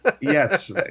Yes